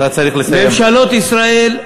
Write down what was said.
ממשלות ישראל,